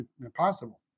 impossible